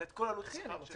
אלא את כל מחיר של השכר שלהם.